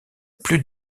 plus